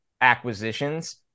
acquisitions